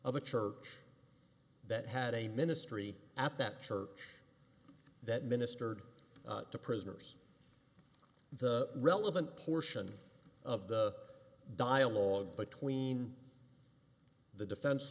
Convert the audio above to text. of a church that had a ministry at that church that ministered to prisoners the relevant portion of the dialogue between the defen